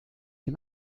dem